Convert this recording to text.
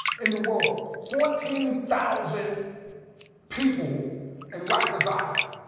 in the world. fourteen thousand people in rikers island.